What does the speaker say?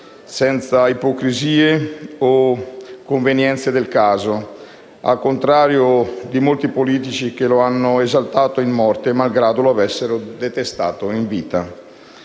senza ipocrisie o convenienze del caso, al contrario di molti politici che lo hanno esaltato in morte malgrado lo avessero detestato in vita.